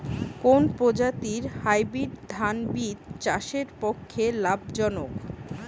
কোন প্রজাতীর হাইব্রিড ধান বীজ চাষের পক্ষে লাভজনক?